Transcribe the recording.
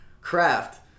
craft